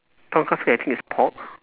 tonkatsu I think is pork